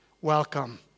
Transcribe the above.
Welcome